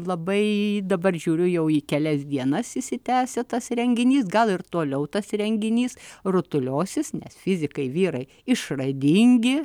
labai dabar žiūriu jau į kelias dienas išsitęsę tas renginys gal ir toliau tas renginys rutuliosis nes fizikai vyrai išradingi